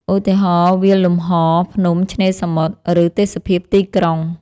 ឧទាហរណ៍ វាលលំហ ភ្នំ ឆ្នេរសមុទ្រ ឬទេសភាពទីក្រុង។